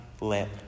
let